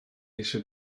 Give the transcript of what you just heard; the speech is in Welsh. eisiau